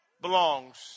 belongs